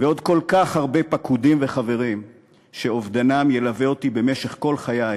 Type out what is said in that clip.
ועוד כל כך הרבה פקודים וחברים שאובדנם ילווה אותי במשך כל חיי,